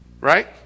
right